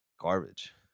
garbage